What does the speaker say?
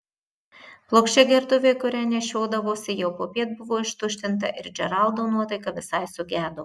plokščia gertuvė kurią nešiodavosi jau popiet buvo ištuštinta ir džeraldo nuotaika visai sugedo